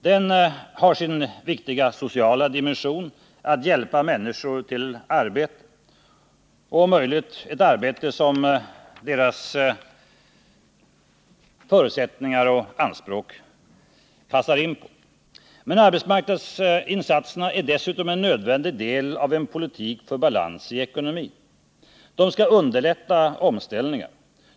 Den har sin viktiga sociala dimension: att hjälpa människor till arbete, och om möjligt ett arbete som deras förutsättningar och anspråk passar in på. Men arbetsmarknadsinsatserna är dessutom en nödvändig del av en politik för balans i ekonomin. De skall underlätta omställningar.